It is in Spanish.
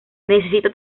necesita